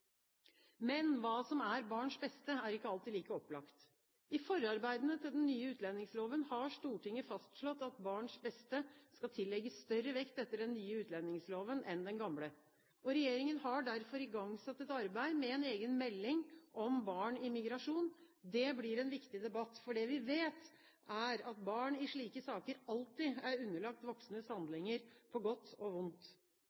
Men hva som er barns beste, er ikke alltid like opplagt. I forarbeidene til den nye utlendingsloven har Stortinget fastslått at barns beste skal tillegges større vekt etter den nye utlendingsloven enn etter den gamle. Regjeringen har derfor igangsatt et arbeid med en egen melding om barn i migrasjon. Det blir en viktig debatt, for det vi vet, er at barn i slike saker alltid er underlagt voksnes